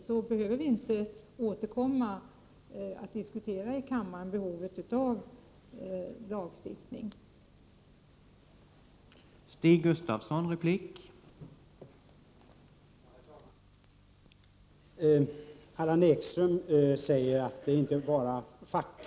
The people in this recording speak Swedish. Då behöver vi inte återkomma med diskussioner här i kammaren om behovet av en ramlagstiftning på detta område.